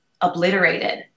obliterated